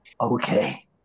Okay